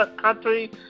country